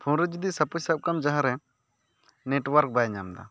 phone ᱨᱮ ᱡᱩᱫᱤ ᱥᱟᱯᱳᱡᱽ ᱥᱟᱵ ᱠᱟᱜ ᱢᱮ ᱡᱟᱦᱟᱸᱨᱮ ᱱᱮᱴᱳᱣᱟᱨᱠ ᱵᱟᱭ ᱧᱟᱢ ᱮᱫᱟ